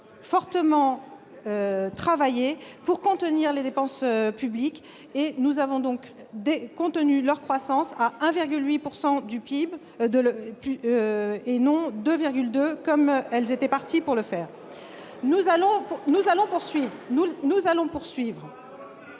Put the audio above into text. Nous allons poursuivre